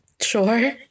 Sure